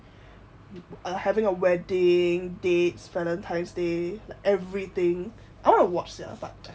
you are having a wedding dates valentine's day like everything I wanna watch sia but